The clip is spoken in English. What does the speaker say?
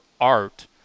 art